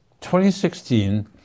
2016